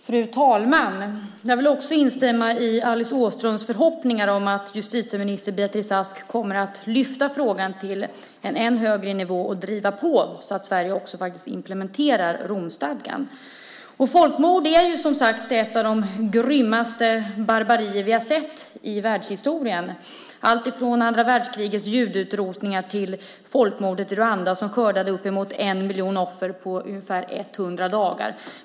Fru talman! Jag vill instämma i Alice Åströms förhoppning att justitieminister Beatrice Ask kommer att lyfta upp frågan till en högre nivå och driva på så att Sverige faktiskt också implementerar Romstadgan. Folkmord hör som sagt till de grymmaste barbarier vi sett i världshistorien, alltifrån andra världskrigets judeutrotningar till folkmordet i Rwanda som skördade uppemot en miljon offer på ungefär hundra dagar.